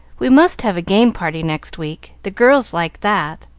we must have a game party next week. the girls like that,